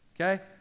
Okay